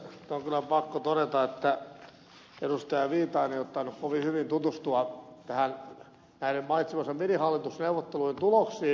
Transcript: viitanen ei ole tainnut kovin hyvin tutustua näiden mainitsemiensa minihallitusneuvottelujen tuloksiin